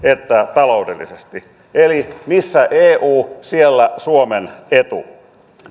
taloudellisesti eli missä eu siellä suomen etu